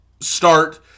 start